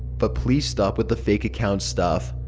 but please stop with the fake account stuff.